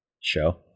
show